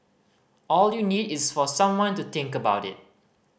all you need is for someone to think about it